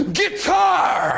guitar